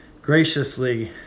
graciously